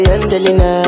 Angelina